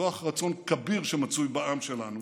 כוח רצון כביר שמצוי בעם שלנו